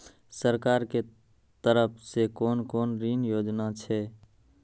सरकार के तरफ से कोन कोन ऋण योजना छै?